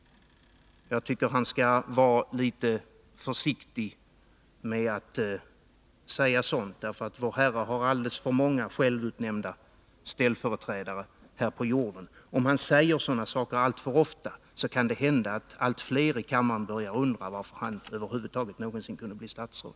Jag tycker att han skall vara litet försiktig med att säga sådant — vår Herre har alldeles för många självutnämnda ställföreträdare här på jorden. Om Hadar Cars säger sådana saker alltför ofta kan det också hända att allt fler i kammaren börjar undra hur han någonsin kunde bli statsråd.